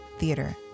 theater